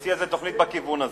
שמציע תוכנית בכיוון הזה.